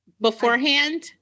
beforehand